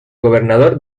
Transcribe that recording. gobernador